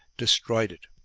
destroyed it.